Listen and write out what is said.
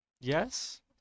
Yes